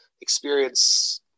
experience